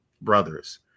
brothers